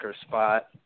spot